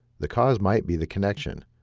the cause might be the connection,